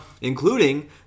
including